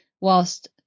whilst